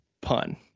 pun